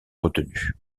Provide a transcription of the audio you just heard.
retenu